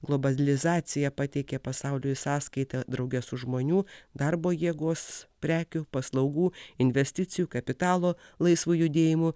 globalizacija pateikė pasauliui sąskaitą drauge su žmonių darbo jėgos prekių paslaugų investicijų kapitalo laisvu judėjimu